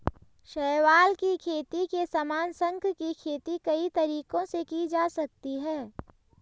शैवाल की खेती के समान, शंख की खेती कई तरीकों से की जा सकती है